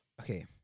okay